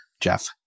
Jeff